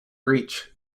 reach